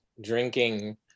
drinking